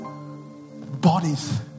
Bodies